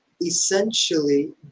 essentially